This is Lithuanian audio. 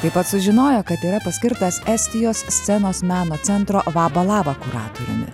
taip pat sužinojo kad yra paskirtas estijos scenos meno centro vabalava kuratoriumi